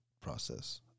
process